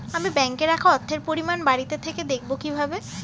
আমি ব্যাঙ্কে রাখা অর্থের পরিমাণ বাড়িতে থেকে দেখব কীভাবে?